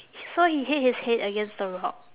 so he hit his head against the rock